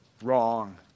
wrong